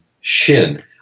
shin